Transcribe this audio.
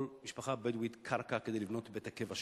משפחה בדואית קרקע כדי לבנות את בית הקבע שלה.